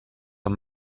han